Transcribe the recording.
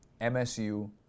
MSU